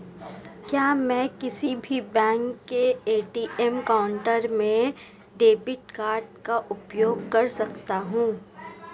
क्या मैं किसी भी बैंक के ए.टी.एम काउंटर में डेबिट कार्ड का उपयोग कर सकता हूं?